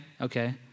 okay